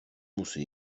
musi